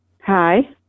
Hi